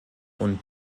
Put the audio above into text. und